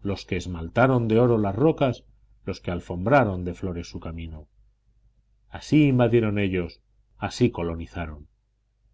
los que esmaltaron de oro las rocas los que alfombraron de flores su camino así invadieron ellos así colonizaron